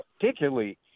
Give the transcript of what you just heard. particularly